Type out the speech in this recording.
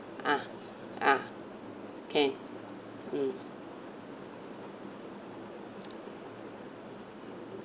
ah ah can mm